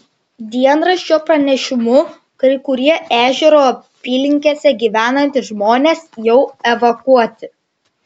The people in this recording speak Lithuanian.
dienraščio pranešimu kai kurie ežero apylinkėse gyvenantys žmonės jau evakuoti